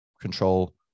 control